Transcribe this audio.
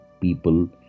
people